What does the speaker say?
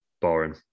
Boring